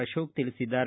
ಅಶೋಕ್ ತಿಳಿಸಿದ್ದಾರೆ